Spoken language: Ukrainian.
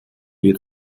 від